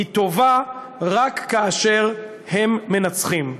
טובה רק כאשר הם מנצחים.